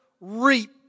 reap